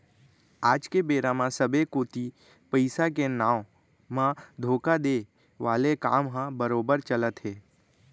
आज के बेरा म सबे कोती पइसा के नांव म धोखा देय वाले काम ह बरोबर चलत हे